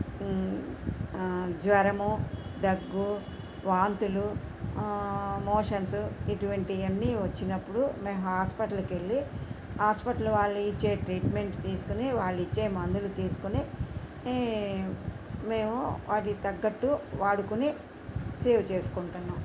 జ్వరము దగ్గు వాంతులు మోషన్సు ఇటువంటివి అన్నీ వచ్చినప్పుడు మేము హస్పిటల్కి వెళ్ళి హస్పిటల్ వాళ్ళు ఇచ్చే ట్రీట్మెంట్ తీసుకోని వాళ్ళు ఇచ్చే మందులు తీసుకోని మేము వాటి తగ్గట్టు వాడుకొని సేవ్ చేసుకుంటున్నాం